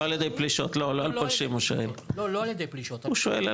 לא על פולשים הוא שואל.